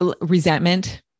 resentment